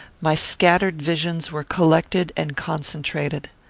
my scattered visions were collected and concentrated.